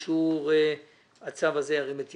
התשע"ח-2018 (קביעת שיעורי מס על רכב דו